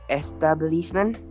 establishment